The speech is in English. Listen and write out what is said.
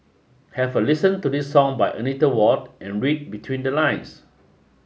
have a listen to this song by Anita Ward and read between the lines